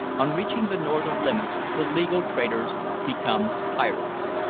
on reaching the northern limits the legal traders become pirates.